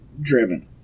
driven